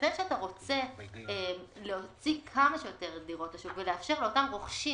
בהינתן שאתה רוצה להוציא כמה שיותר דירות לשוק ולאפשר לאותם רוכשי